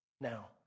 Now